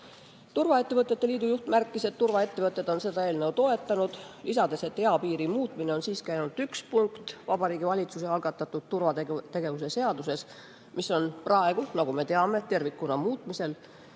Turvaettevõtete liidu juht märkis, et turvaettevõtted on seda eelnõu toetanud, lisades, et eapiiri muutmine on siiski ainult üks punkt Vabariigi Valitsuse algatatud turvategevuse seaduses, mis on praegu, nagu me teame, tervikuna muutmisel.